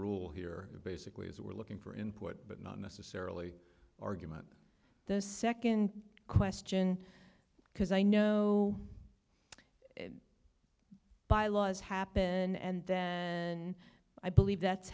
rule here basically is we're looking for input but not necessarily argument the second question because i know bylaws happen and then i believe that's